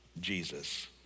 Jesus